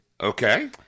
Okay